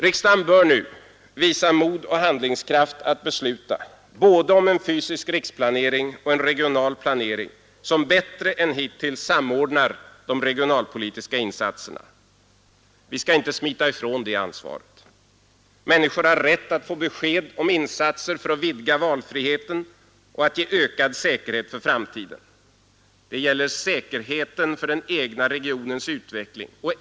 Riksdagen bör nu visa mod och handlingskraft nog att besluta både om en fysisk riksplanering och om en regional planering, som bättre än hittills samordnar de regionalpolitiska insatserna. Vi skall inte smita ifrån det ansvaret. Människor har rätt att få besked om insatser för att vidga valfriheten och ge ökad säkerhet för framtiden. Det gäller säkerheten i fråga om den egna regionens utveckling.